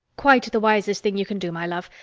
quite the wisest thing you can do, my love.